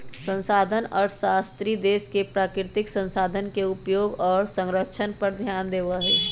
संसाधन अर्थशास्त्री देश के प्राकृतिक संसाधन के उपयोग और संरक्षण पर ध्यान देवा हई